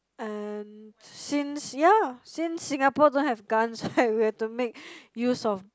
and since yeah since Singapore don't have guns right we have to make use of